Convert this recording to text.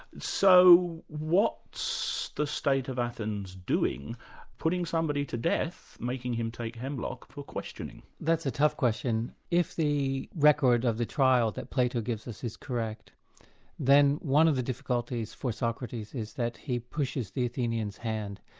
so what's so the state of athens doing putting somebody to death, making him take hemlock for questioning? that's a tough question. if the record of the trial that plato gives us is correct then one of the difficulties for socrates is that he pushes the athenian's hand.